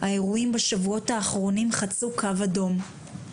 האירועים בשבועות האחרונים חצו קו אדום,